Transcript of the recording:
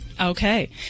Okay